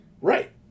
Right